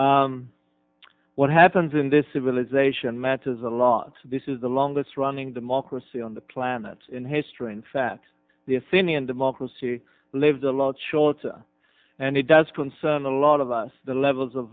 what happens in this civilization matters a lot this is the longest running them ocracy on the planet in history in fact the athenian democracy lives a lot shorter and it does concern a lot of us the levels of